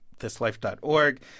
thislife.org